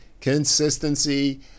Consistency